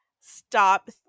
stop